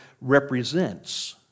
represents